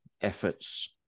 efforts